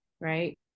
Right